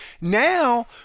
Now